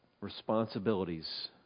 responsibilities